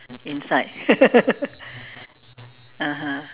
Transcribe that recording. inside (uh huh)